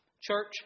Church